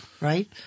right